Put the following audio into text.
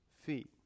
feet